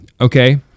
Okay